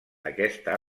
aquesta